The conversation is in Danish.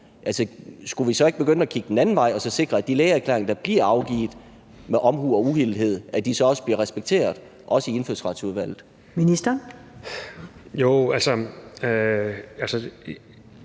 ikke begynde at kigge den anden vej og så sikre, at de lægeerklæringer, der bliver afgivet med omhu og uhildethed, også bliver respekteret, også i Indfødsretsudvalget?